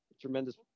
tremendous